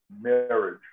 marriage